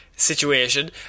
situation